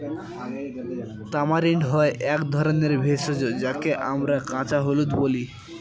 tamarind হয় এক ধরনের ভেষজ যাকে আমরা কাঁচা হলুদ বলি